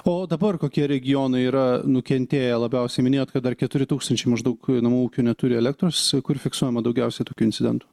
o dabar kokie regionai yra nukentėję labiausiai minėjot kad dar keturi tūkstančiai maždaug namų ūkių neturi elektros kur fiksuojama daugiausiai tokių incidentų